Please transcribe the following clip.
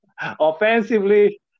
offensively